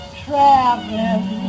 traveling